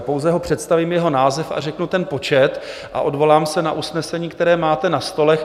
Pouze ho představím, jeho název a řeknu ten počet a odvolám se na usnesení, které máte na stolech.